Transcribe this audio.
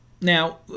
Now